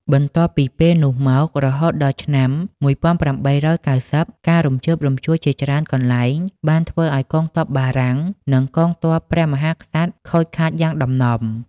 បន្ទាប់ពីពេលនោះមក រហូតដល់ឆ្នាំ ១៨៩០ ការរំជើបរំជួលជាច្រើនកន្លែងបានធ្វើឱ្យកងទ័ពបារាំង និងកងទ័ពព្រះមហាក្សត្រខូចខាតយ៉ាងដំណំ។